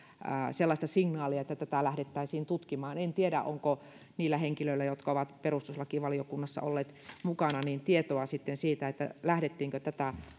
sellaista signaalia että tätä lähdettäisiin tutkimaan en tiedä onko niillä henkilöillä jotka ovat perustuslakivaliokunnassa olleet mukana tietoa sitten siitä lähdettiinkö tätä